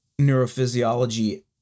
neurophysiology